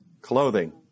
clothing